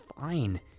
fine